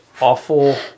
awful